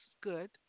good